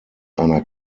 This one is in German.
einer